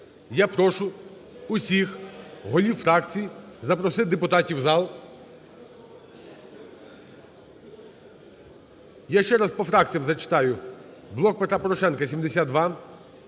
Я прошу всіх голів фракцій запросити депутатів у зал. Я ще раз по фракціям зачитаю. "Блок Петра Порошенка" –